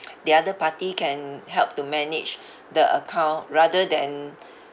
the other party can help to manage the account rather than